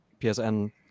PSN